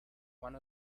one